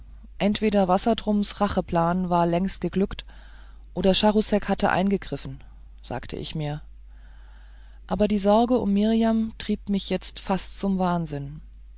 entweder wassertrums racheplan war längst geglückt oder charousek hatte eingegriffen sagte ich mir aber die sorge um mirjam trieb mich jetzt fast zum wahnsinn